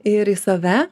ir į save